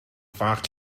fach